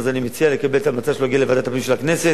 אז אני מציע לקבל את ההמלצה שלו להגיע לוועדת הפנים של הכנסת.